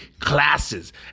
classes